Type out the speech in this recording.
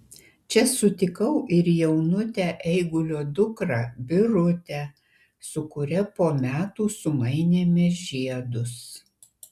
čia sutikau ir jaunutę eigulio dukrą birutę su kuria po metų sumainėme žiedus